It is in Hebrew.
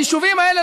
היישובים האלה,